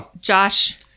Josh